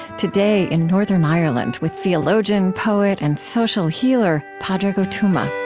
today, in northern ireland with theologian, poet, and social healer padraig o tuama